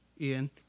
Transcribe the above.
Ian